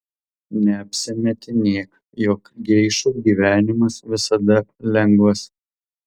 neapsimetinėk jog geišų gyvenimas visada lengvas